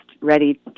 ready